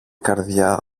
καρδιά